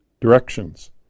Directions